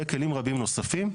וכלים רבים נוספים,